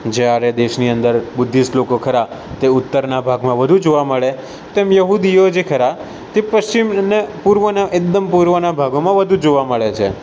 જ્યારે દેશની અંદર બુદ્ધિસ્ટ લોકો ખરા તે ઉત્તરના ભાગમાં વધુ જોવા મળે તેમ યહૂદીઓ જે ખરા તે પશ્ચિમ અને પૂર્વ અને એકદમ પૂર્વના ભાગોમાં વધુ જોવા મળે છે